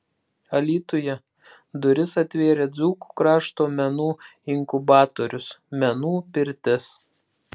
alytuje duris atvėrė dzūkų krašto menų inkubatorius menų pirtis